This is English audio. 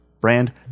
Brand